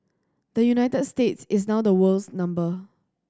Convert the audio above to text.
the United States is now the world's number